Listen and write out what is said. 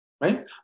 right